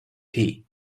tea